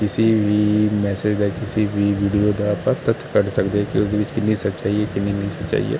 ਕਿਸੇ ਵੀ ਮੈਸੇਜ ਜਾ ਕਿਸੇ ਵੀ ਵੀਡੀਓ ਦਾ ਆਪਾਂ ਤੱਥ ਕੱਢ ਸਕਦੇ ਕਿ ਉਹਦੇ ਵਿੱਚ ਕਿੰਨੀ ਸੱਚਾਈ ਹੈ ਕਿੰਨੀ ਨਹੀਂ ਸੱਚਾਈ ਹੈ